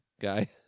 guy